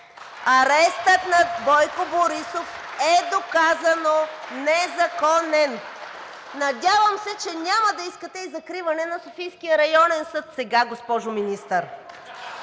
арестът на Бойко Борисов е доказано незаконен. Надявам се, че сега няма да искате и закриване на Софийския районен съд, госпожо Министър?